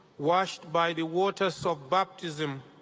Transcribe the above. washed by the waters of baptism,